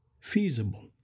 Feasible